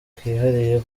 kihariye